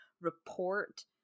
report